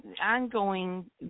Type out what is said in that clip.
ongoing